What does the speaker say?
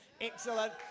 Excellent